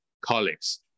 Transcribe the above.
colleagues